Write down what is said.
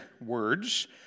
words